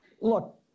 Look